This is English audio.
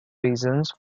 reasons